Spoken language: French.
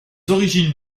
origines